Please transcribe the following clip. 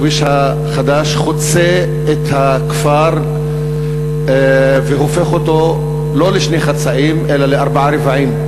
הכביש החדש חוצה את הכפר והופך אותו לא לשני חצאים אלא לארבעה רבעים.